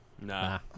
Nah